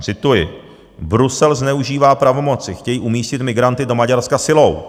Cituji: Brusel zneužívá pravomoci, chtějí umístit migranty do Maďarska silou.